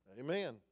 Amen